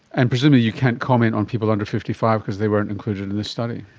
and presumably you can't comment on people under fifty five because they weren't included in this study.